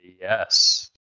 yes